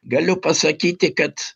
galiu pasakyti kad